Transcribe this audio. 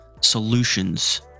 solutions